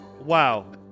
Wow